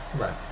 right